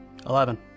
Eleven